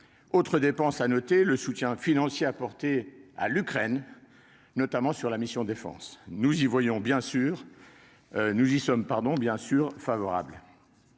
Autre dépense à noter, le soutien financier apporté à l'Ukraine, notamment sur la mission « Défense ». Nous y sommes bien entendu favorables.